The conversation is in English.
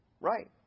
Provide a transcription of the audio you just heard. Right